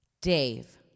Dave